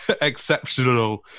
exceptional